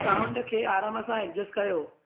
sound खे आरामु सां एजस्ट कयो